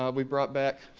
um we've brought back,